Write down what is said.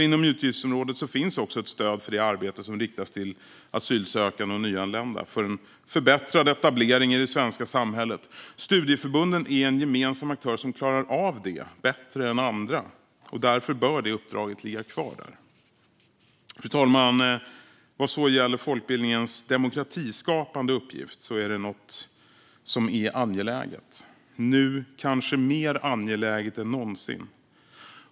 Inom utgiftsområdet finns också ett stöd för det arbete som riktas till asylsökande och nyanlända för en förbättrad etablering i det svenska samhället. Studieförbunden är en gemensam aktör som klarar av det bättre än andra, och därför bör detta uppdrag ligga kvar där. Fru talman! Folkbildningens demokratiskapande uppgift är något som är angeläget - kanske mer angeläget nu än någonsin.